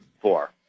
Four